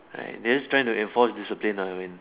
right they are just trying to reinforce discipline I when